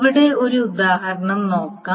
ഇവിടെ ഒരു ഉദാഹരണം നോക്കാം